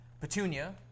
Petunia